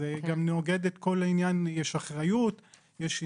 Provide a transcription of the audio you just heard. זה גם נוגד את כל העניין שיש אחריות ויש עניינים.